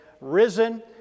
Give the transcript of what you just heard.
risen